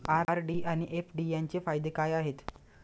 RD आणि FD यांचे फायदे काय आहेत?